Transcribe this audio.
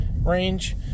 range